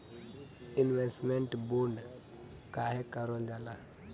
Investment bond काहे कारल जाला?